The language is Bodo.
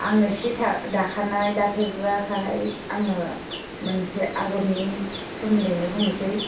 आंनो सि दाखानाय दाफेरग्राखाय आङो मोनसे आगरनि सोमोन्दैनो बुंनोसै